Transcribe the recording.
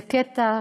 זה קטע,